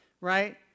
right